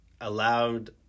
allowed